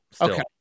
okay